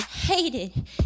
hated